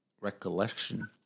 recollection